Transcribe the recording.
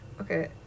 okay